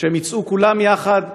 שהם יצאו כולם יחד לתקשורת,